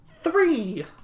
Three